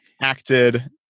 acted